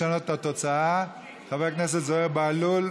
לא לשנות את התוצאה: חברי הכנסת זוהיר בהלול,